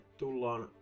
tullaan